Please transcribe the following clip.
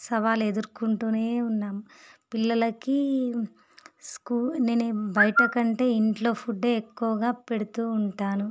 సవాలు ఎదుర్కొంటూ ఉన్నాం పిల్లలకి స్కూల్ నేను ఏం బయట కంటే ఇంట్లో ఫుడ్ ఎక్కువ పెడుతు ఉంటాను